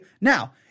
now